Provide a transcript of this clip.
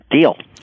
deal